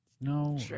No